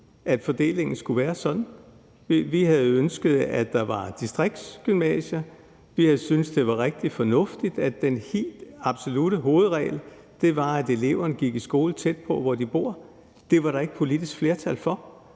at fordelingen skulle være sådan. Vi havde ønsket, at der var distriktsgymnasier. Vi havde syntes, det var rigtig fornuftigt, at den helt absolutte hovedregel var, at eleverne gik i skole tæt på, hvor de bor. Det var der ikke politisk flertal for.